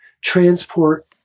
Transport